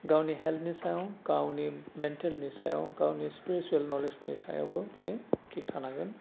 गावनि हेल्डनि सायाव गावनि मेनटेलनि सायाव गावनि स्प्रेचुयेल नलेजनि सायावबो बियो थिख थानांगोन